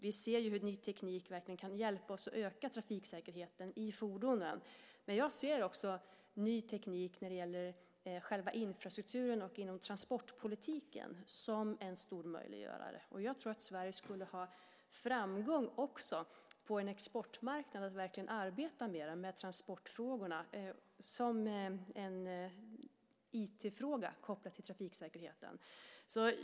Vi ser hur ny teknik verkligen kan hjälpa oss att öka trafiksäkerheten i fordonen. Men jag ser också ny teknik som en stor möjliggörare när det gäller själva infrastrukturen och inom transportpolitiken. Jag tror att Sverige också skulle ha framgång på exportmarknaden genom att verkligen arbeta mer med transportfrågorna som en IT-fråga kopplad till trafiksäkerheten.